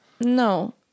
No